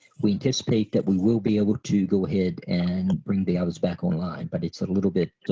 we anticipate that we will be able to go ahead and bring the others back online but it's a little bit